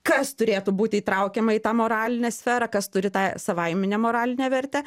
kas turėtų būti įtraukiama į tą moralinę sferą kas turi tą savaiminę moralinę vertę